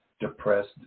depressed